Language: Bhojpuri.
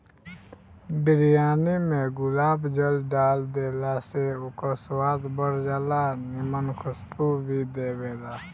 बिरयानी में गुलाब जल डाल देहला से ओकर स्वाद बढ़ जाला आ निमन खुशबू भी देबेला